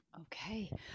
Okay